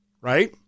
right